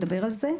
נדבר על זה.